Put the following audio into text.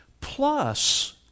Plus